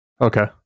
Okay